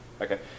Okay